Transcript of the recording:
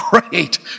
great